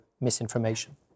misinformation